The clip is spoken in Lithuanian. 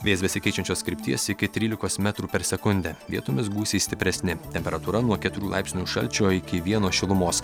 vėjas besikeičiančios krypties iki trylikos metrų per sekundę vietomis gūsiai stipresni temperatūra nuo keturių laipsnių šalčio iki vieno šilumos